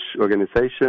organization